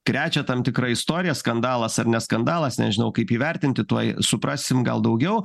krečia tam tikra istorija skandalas ar ne skandalas nežinau kaip jį vertinti tuoj suprasim gal daugiau